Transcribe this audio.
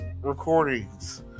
recordings